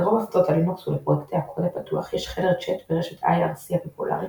לרוב הפצות הלינוקס ולפרויקטי הקוד הפתוח יש חדר צ'אט ברשת IRC הפופולרית